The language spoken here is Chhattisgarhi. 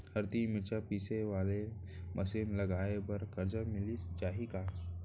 हरदी, मिरचा पीसे वाले मशीन लगाए बर करजा मिलिस जाही का?